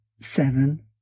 seven